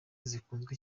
zikunzwe